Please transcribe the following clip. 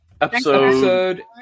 Episode